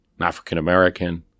African-American